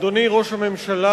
אדוני ראש הממשלה,